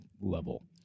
level